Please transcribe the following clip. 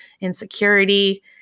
insecurity